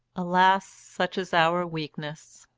alas! such is our weakness,